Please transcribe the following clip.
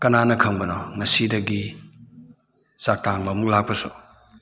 ꯀꯅꯥꯅ ꯈꯪꯕꯅꯣ ꯉꯁꯤꯗꯒꯤ ꯆꯥꯛ ꯇꯥꯡꯕ ꯑꯃꯨꯛ ꯂꯥꯛꯄꯁꯨ